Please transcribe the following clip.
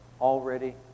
already